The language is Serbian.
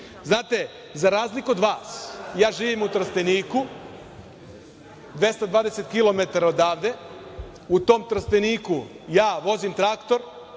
Znate, za razliku od vas, ja živim u Trsteniku, 220 kilometara odavde. U tom Trsteniku ja vozim traktor,